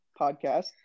podcast